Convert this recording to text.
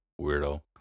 weirdo